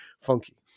funky